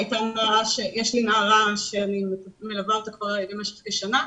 יש לי נערה שאני מלווה אותה כבר במשך כשנה.